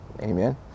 Amen